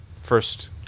First